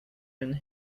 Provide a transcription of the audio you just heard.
and